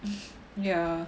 yeah